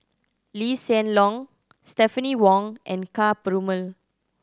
Lee Hsien Loong Stephanie Wong and Ka Perumal